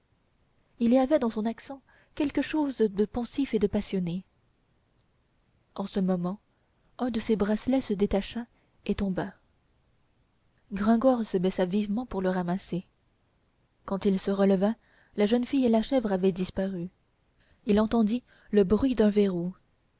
il y avait dans son accent quelque chose de pensif et de passionné en ce moment un de ses bracelets se détacha et tomba gringoire se baissa vivement pour le ramasser quand il se releva la jeune fille et la chèvre avaient disparu il entendit le bruit d'un verrou